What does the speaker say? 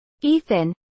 Ethan